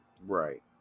Right